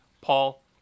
Paul